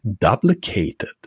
duplicated